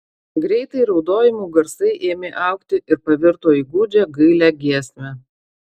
greitai raudojimų garsai ėmė augti ir pavirto į gūdžią gailią giesmę